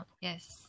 Yes